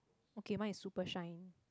okay mine is super shine